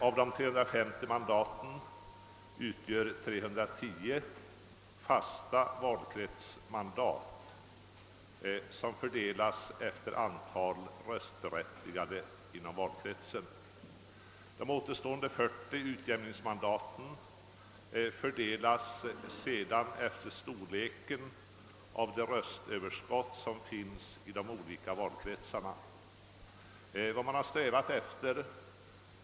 Av de 350 mandaten utgör 310 fasta valkretsmandat, som fördelas efter antalet röstberättigade inom valkretsen. De återstående 40 utjämningsmandaten fördelas sedan efter storleken av det röstöverskott som finns i de olika valkretsarna.